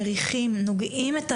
מריחים,